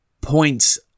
points